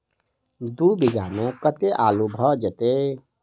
दु बीघा मे कतेक आलु भऽ जेतय?